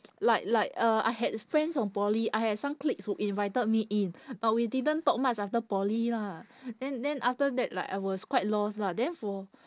like like uh I had friends from poly I have some cliques who invited me in but we didn't talk much after poly ah then then after that like I was quite lost lah then for